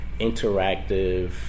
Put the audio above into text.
interactive